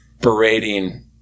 berating